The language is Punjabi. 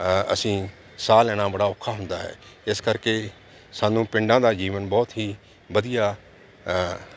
ਅਸੀਂ ਸਾਹ ਲੈਣਾ ਬੜਾ ਔਖਾ ਹੁੰਦਾ ਹੈ ਇਸ ਕਰਕੇ ਸਾਨੂੰ ਪਿੰਡਾਂ ਦਾ ਜੀਵਨ ਬਹੁਤ ਹੀ ਵਧੀਆ